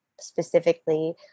specifically